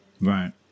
right